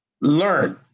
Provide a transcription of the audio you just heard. learn